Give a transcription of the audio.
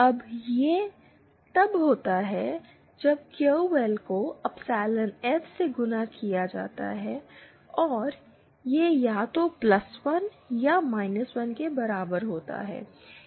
और यह तब होता है जब क्यू एल को एप्सिलॉन एफ से गुणा किया जाता है और यह या तो 1 या 1 के बराबर होता है